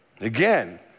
Again